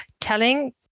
telling